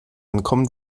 ankommen